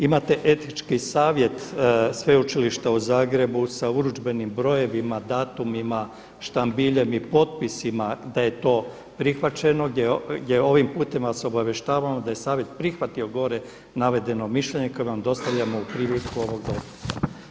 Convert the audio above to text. Imate Etički savjet Sveučilišta u Zagrebu sa urudžbenim brojevima, datumima, štambiljem i potpisima da je to prihvaćeno gdje ovim putem vas obavještavamo da je savjet prihvatio gore navedeno mišljenje koje vam dostavljamo u privitku ovog dopisa.